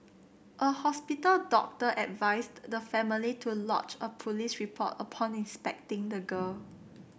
a hospital doctor advised the family to lodge a police report upon inspecting the girl